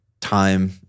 time